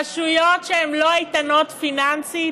רשויות שהן לא איתנות פיננסית